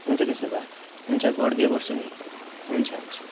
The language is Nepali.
हुन्छ त्यसो भए हुन्छ गर्दै गर्छु नि हुन्छ हुन्छ